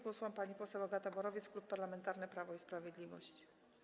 Głos ma pani poseł Agata Borowiec, Klub Parlamentarny Prawo i Sprawiedliwość.